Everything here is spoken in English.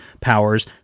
powers